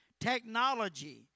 Technology